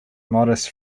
modest